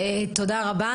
תודה רבה.